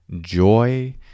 joy